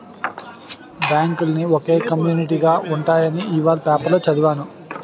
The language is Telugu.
బాంకులన్నీ ఒకే కమ్యునీటిగా ఉంటాయని ఇవాల పేపరులో చదివాను